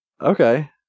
Okay